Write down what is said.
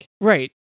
Right